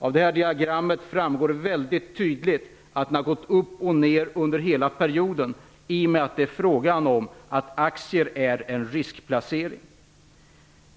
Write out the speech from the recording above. Av det diagram som jag har här framgår det tydligt att kursen har gått upp och ner under hela perioden, i och med att det är fråga om att aktier är en riskplacering.